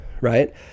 right